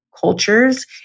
cultures